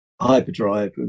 Hyperdrive